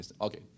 Okay